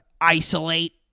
isolate